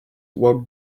walk